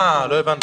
לא הבנתי.